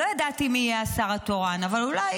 לא ידעתי מי יהיה השר התורן אבל אולי,